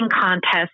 contest